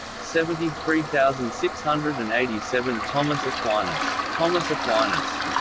seventy three thousand six hundred and eighty seven thomas aquinas thomas aquinas